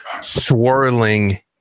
swirling